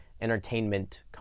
entertainment